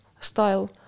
style